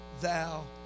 thou